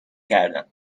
کردم